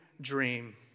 dream